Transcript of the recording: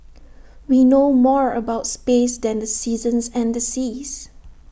we know more about space than the seasons and the seas